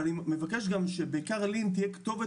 אבל אני מבקש גם שבעיקר לי"ן תהיה כתובת